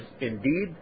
indeed